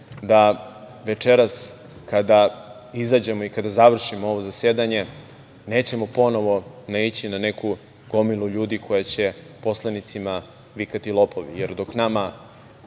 da večeras kada izađemo i kada završimo ovo zasedanje, nećemo ponovo naići na neku gomilu ljudi koja će poslanicima vikati – lopovi, jer dok nama